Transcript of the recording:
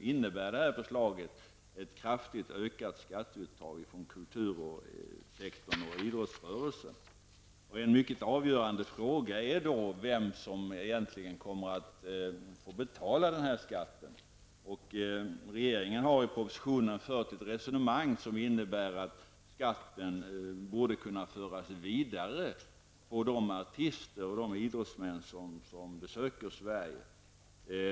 innebär, som jag sade, en kraftig ökning av skatteuttaget från kultursektorn och idrottsrörelsen. En mycket avgörande fråga är då vem som egentligen kommer att få betala skatten. Regeringen har i propositionen fört ett resonemang som innebär att skatten borde kunna föras vidare på de artister och de idrottsmän som besöker Sverige.